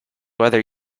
whether